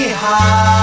high